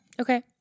Okay